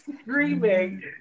screaming